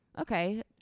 okay